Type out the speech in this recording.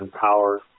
power